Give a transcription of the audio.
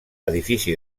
edifici